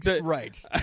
Right